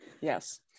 Yes